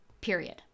period